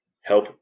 help